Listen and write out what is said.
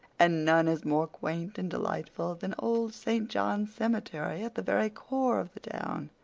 and none is more quaint and delightful than old st. john's cemetery at the very core of the town,